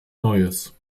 neues